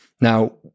Now